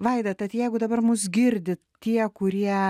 vaida tad jeigu dabar mus girdi tie kurie